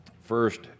First